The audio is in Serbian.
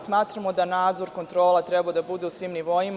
Smatramo da nadzor i kontrola treba da budu u svim nivoima.